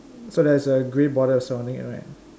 so there's a gray border surrounding it right